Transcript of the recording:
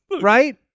Right